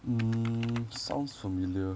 mm sounds familiar